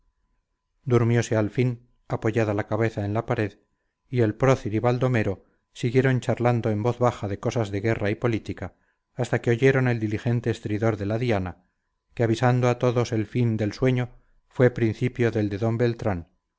reverencias durmiose al fin apoyada la cabeza en la pared y el prócer y baldomero siguieron charlando en voz baja de cosas de guerra y política hasta que oyeron el diligente estridor de la diana que avisando a todos el fin del sueño fue principio del de d beltrán